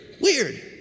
Weird